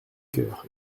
cœur